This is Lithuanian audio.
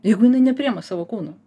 jeigu jinai nepriima savo kūno